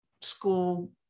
school